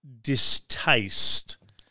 distaste